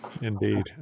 indeed